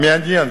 מעניין,